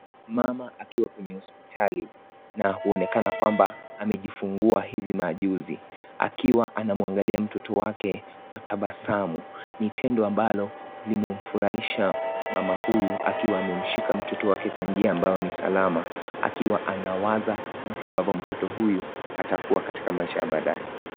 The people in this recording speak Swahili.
Mama akiwa kwenye hospitali na huonekana kwamba amejifungua hivi majuzi, akiwa anamuangalia mtoto wake kwa tabasamu, ni tendo ambalo limemfurahisha mama huyu akiwa amemshika akiwa amemshika mtoto wake kwa njia ambayo ni salama akiwa anawaza jinsi ambavyo mtoto uyu atakuwa katika maisha ya baadaye